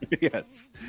Yes